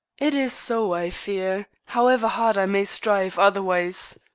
it is so, i fear, however hard i may strive otherwise.